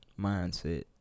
Mindset